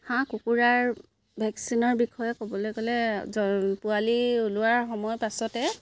হাঁহ কুকুৰাৰ ভেকচিনৰ বিষয়ে ক'বলৈ গ'লে পোৱালি ওলোৱাৰ সময় পাছতে